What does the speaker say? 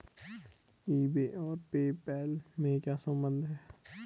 ई बे और PayPal में क्या संबंध है?